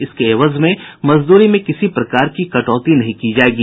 इसके एवज में मजदूरी में किसी प्रकार की कटौती नहीं की जायेगी